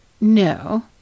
No